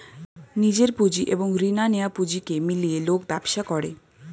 নিজের পুঁজি এবং রিনা নেয়া পুঁজিকে মিলিয়ে লোক ব্যবসা করে